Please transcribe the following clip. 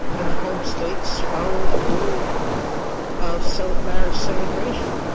and the home states follow the rule sort of so of marriage celebration.